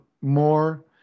more